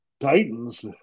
Titans